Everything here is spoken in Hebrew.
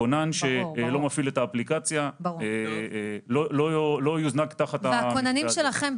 כונן שלא מפעיל את האפליקציה לא יוזנק תחת המתווה הזה.